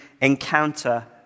encounter